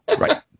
Right